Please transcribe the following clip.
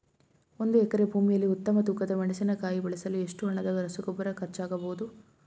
ಒಂದು ಎಕರೆ ಭೂಮಿಯಲ್ಲಿ ಉತ್ತಮ ತೂಕದ ಮೆಣಸಿನಕಾಯಿ ಬೆಳೆಸಲು ಎಷ್ಟು ಹಣದ ರಸಗೊಬ್ಬರ ಖರ್ಚಾಗಬಹುದು?